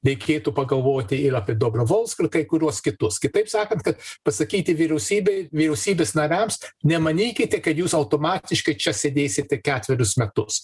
reikėtų pagalvoti ir apie dobrovolską ir kai kuriuos kitus kitaip sakant kad pasakyti vyriausybei vyriausybės nariams nemanykite kad jūs automatiškai čia sėdėsite ketverius metus